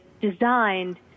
designed